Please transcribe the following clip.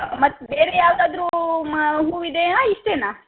ಮತ್ತೆ ಬೇರೆ ಯಾವುದಾದ್ರೂ ಮಾ ಹೂ ಇದೆಯಾ ಇಷ್ಟೇನಾ